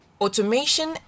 Automation